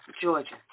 Georgia